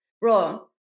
bro